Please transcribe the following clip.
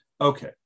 Okay